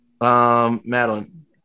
Madeline